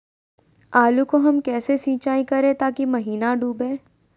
आलू को हम कैसे सिंचाई करे ताकी महिना डूबे?